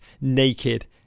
naked